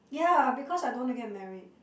ya because I don't want to get married